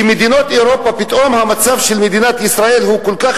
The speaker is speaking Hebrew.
כי פתאום המצב של מדינת ישראל הוא כל כך